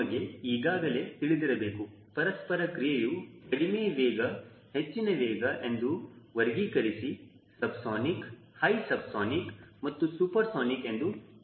ನಿಮಗೆ ಈಗಾಗಲೇ ತಿಳಿದಿರಬೇಕು ಪರಸ್ಪರ ಕ್ರಿಯೆಯು ಕಡಿಮೆ ವೇಗ ಹೆಚ್ಚಿನ ವೇಗ ಎಂದು ವರ್ಗೀಕರಿಸಿ ಸಬ್ಸಾನಿಕ್ ಹೈ ಸಬ್ಸಾನಿಕ್ ಮತ್ತು ಸೂಪರ್ ಸಾನಿಕ್ ಎಂದು ಹೇಳಲಾಗುತ್ತದೆ